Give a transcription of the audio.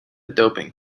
doping